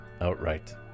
outright